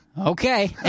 okay